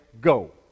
Go